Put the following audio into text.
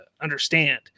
understand